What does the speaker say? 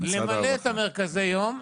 למלא את המרכזי יום,